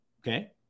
okay